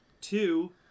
two